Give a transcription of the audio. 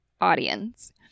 audience